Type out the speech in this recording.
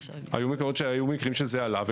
היו מקרים שזה עלה.